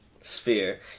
Sphere